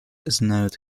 знают